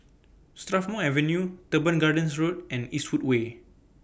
Strathmore Avenue Teban Gardens Road and Eastwood Way